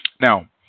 Now